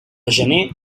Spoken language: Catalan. gener